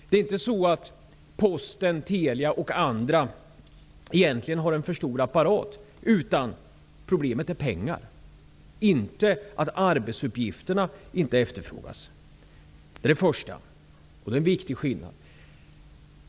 Det är inte så att Posten, Telia och andra egentligen har en för stor apparat. Problemet är pengar, inte att arbetsinsatserna inte efterfrågas. Det är den första viktiga skillnaden.